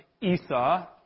Esau